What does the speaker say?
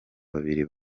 babiri